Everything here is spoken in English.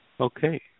Okay